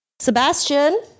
Sebastian